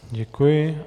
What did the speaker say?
Děkuji.